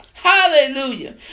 Hallelujah